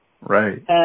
Right